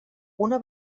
una